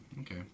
Okay